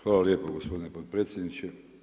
Hvala lijepo gospodine potpredsjedniče.